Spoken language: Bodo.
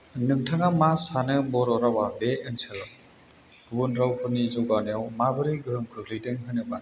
नोंथाङा मा सानो बर' रावा बे ओनसोलाव गुबुन रावफोरनि जौगानायाव माबोरै गोहोम खोख्लैदों होनोबा